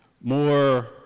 more